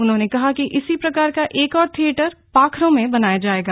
उन्होंने कहा कि इसी प्रकार का एक और थिएटर पाखरो में बनाया जाएगा